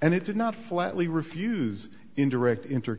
and it did not flatly refuse indirect